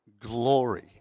glory